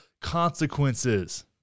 consequences